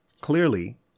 clearly